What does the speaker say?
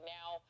now